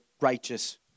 righteous